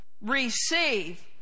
receive